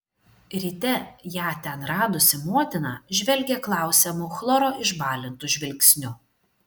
ryte ją ten radusi motina žvelgė klausiamu chloro išbalintu žvilgsniu